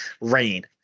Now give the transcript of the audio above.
rain